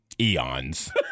eons